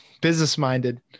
Business-minded